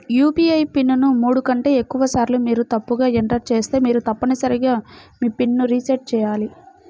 UPI PIN ను మూడు కంటే ఎక్కువసార్లు మీరు తప్పుగా ఎంటర్ చేస్తే మీరు తప్పనిసరిగా మీ పిన్ ను రీసెట్ చేయాలి